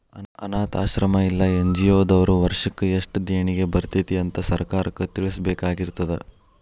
ಅನ್ನಾಥಾಶ್ರಮ್ಮಾ ಇಲ್ಲಾ ಎನ್.ಜಿ.ಒ ದವ್ರು ವರ್ಷಕ್ ಯೆಸ್ಟ್ ದೇಣಿಗಿ ಬರ್ತೇತಿ ಅಂತ್ ಸರ್ಕಾರಕ್ಕ್ ತಿಳ್ಸಬೇಕಾಗಿರ್ತದ